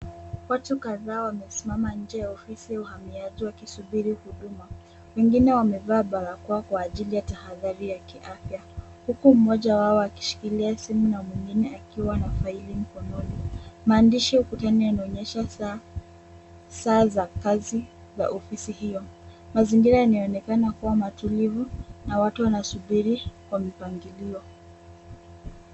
Watu kadhaa wamesimama nje ya ofisi ya uhamiaji wakisubiri huduma. Wengine wamevaa barakoa kwa ajili ya tahadhari ya kiafya huku mmoja wao akishikilia simu na mwingine akiwa na faili mkononi. Maandishi ukutani yanaonyesha saa za kazi za ofisi hiyo. Mazingira inaonekana kuwa matulivu na watu wanasubiri kwa mipangilio.